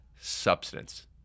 substance